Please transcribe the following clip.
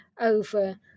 over